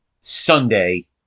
Sunday